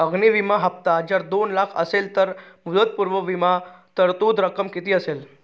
अग्नि विमा हफ्ता जर दोन लाख असेल तर मुदतपूर्व विमा तरतूद रक्कम किती असेल?